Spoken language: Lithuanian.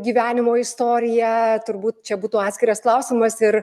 gyvenimo istorija turbūt čia būtų atskiras klausimas ir